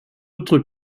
autre